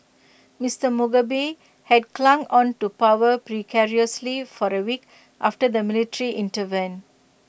Mister Mugabe had clung on to power precariously for the week after the military intervened